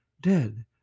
dead